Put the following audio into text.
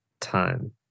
time